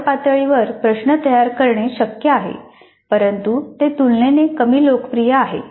वापर पातळीवर प्रश्न तयार करणे शक्य आहे परंतु ते तुलनेने कमी लोकप्रिय आहेत